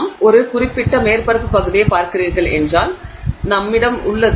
எனவே நீங்கள் ஒரு குறிப்பிட்ட மேற்பரப்புப் பகுதியைப் பார்க்கிறீர்கள் என்றால் எங்களிடம் உள்ளது